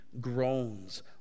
groans